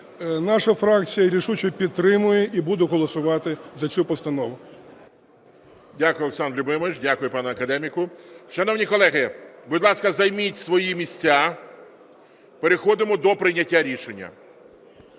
Наша фракція рішуче підтримує і буде голосувати за цю постанову. ГОЛОВУЮЧИЙ. Дякую, Олександре Любимовичу, дякую, пане академіку. Шановні колеги, будь ласка, займіть свої місця. Переходимо до прийняття рішення.